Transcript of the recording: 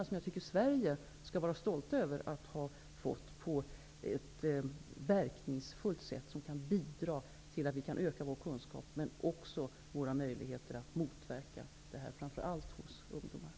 Min förhoppning är att vi skall kunna använda dem på ett verkningsfullt sätt, som bidrar till att vi ökar vår kunskap och våra möjligheter att motverka dessa tendenser framför allt hos ungdomar.